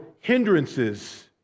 hindrances